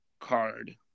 card